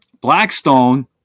Blackstone